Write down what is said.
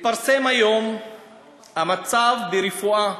התפרסם היום המצב ברפואה,